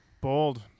bold